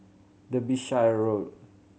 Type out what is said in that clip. Derbyshire Road